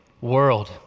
world